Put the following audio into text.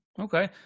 Okay